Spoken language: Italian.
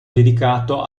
dedicato